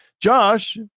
josh